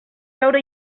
veure